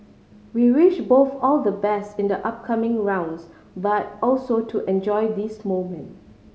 we wish both all the best in the upcoming rounds but also to enjoy this moment